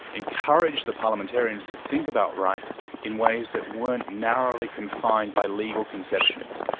encourage the parliamentarians to think about rights in ways that weren't narrowly confined by legal conceptions.